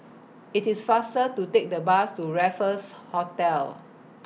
IT IS faster to Take The Bus to Raffles Hotel